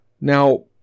Now